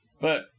But